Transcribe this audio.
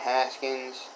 Haskins